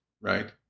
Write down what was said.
right